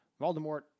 Voldemort